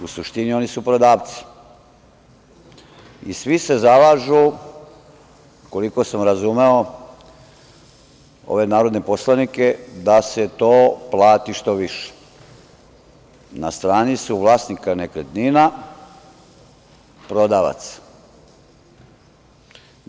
U suštini oni su prodavci i svi se zalažu, koliko sam razumeo ove narodne poslanike, da se to plati što više, na strani su vlasnika nekretnina, prodavaca.